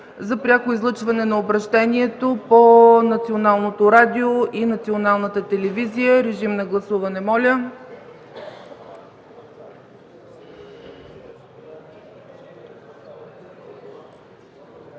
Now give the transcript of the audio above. за пряко излъчване на обръщението по Националното радио и Националната телевизия. Режим на гласуване, моля.